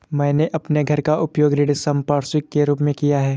मैंने अपने घर का उपयोग ऋण संपार्श्विक के रूप में किया है